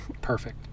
Perfect